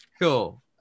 Cool